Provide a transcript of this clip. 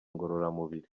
ngororamubiri